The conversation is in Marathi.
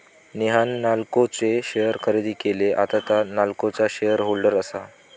नेहान नाल्को चे शेअर खरेदी केले, आता तां नाल्कोचा शेअर होल्डर आसा